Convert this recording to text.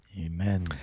Amen